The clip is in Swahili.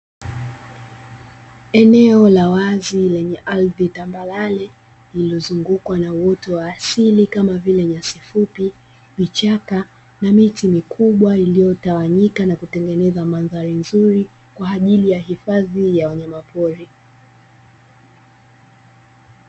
Eneo la wazi lenye ardhi tambarare lililozungukwa na uoto wa asili kama vile nyasi fupi, vichaka na miti mikubwa iliyotawanyika na kutengeneza mandhari nzuri kwa ajili ya hifadhi ya wanyama pori.